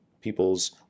people's